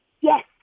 yes